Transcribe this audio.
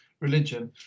religion